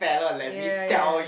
ya ya